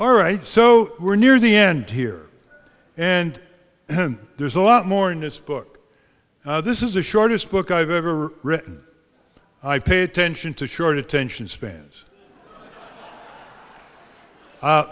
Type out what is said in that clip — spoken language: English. all right so we're near the end here and then there's a lot more in this book this is the shortest book i've ever written i pay attention to short attention spans